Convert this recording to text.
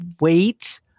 wait